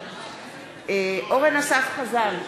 אורן אסף חזן,